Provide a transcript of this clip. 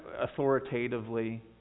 authoritatively